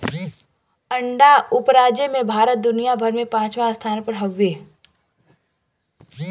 अंडा उपराजे में भारत दुनिया भर में पचवां स्थान पर हउवे